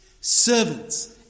servants